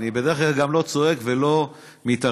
אני בדרך כלל גם לא צועק ולא מתערב.